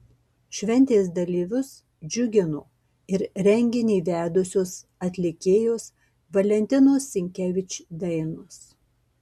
šventės dalyvius džiugino ir renginį vedusios atlikėjos valentinos sinkevič dainos